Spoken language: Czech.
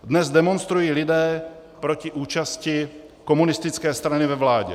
Dnes demonstrují lidé proti účasti komunistické strany ve vládě.